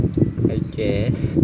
I guess